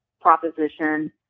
proposition